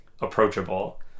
approachable